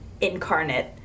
incarnate